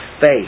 faith